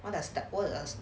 what does that orders